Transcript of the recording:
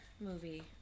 movie